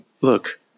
Look